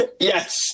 Yes